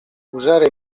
usare